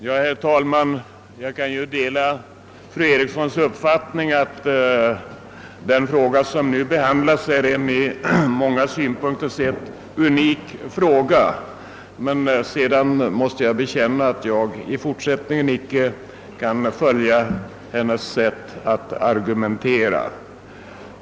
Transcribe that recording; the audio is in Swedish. Herr talman! Jag kan dela fru Erikssons i Stockholm uppfattning att den fråga som nu behandlas ur många synpunkter sett är unik, men jag måste bekänna att jag i fortsättningen icke kan följa hennes sätt att argumentera.